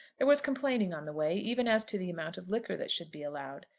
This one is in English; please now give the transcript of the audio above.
there was complaining on the way, even as to the amount of liquor that should be allowed.